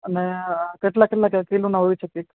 અને કેટલાં કેટલાં કિલોનો હોય છે કેક